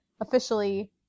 officially